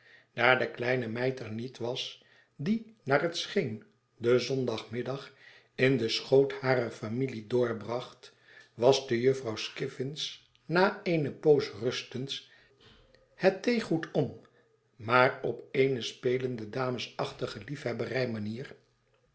daar de kleine meid er niet was die naar het scheen den zondagnamiddag in den schoot harer familie doorbracht waschte jufvrow skiffins na eene poos rustens het theegoed om maar op eene spelende damesachtige lief